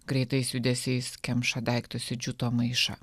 greitais judesiais kemša daiktus į džiuto maišą